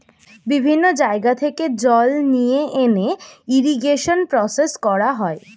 বিভিন্ন জায়গা থেকে জল নিয়ে এনে ইরিগেশন প্রসেস করা হয়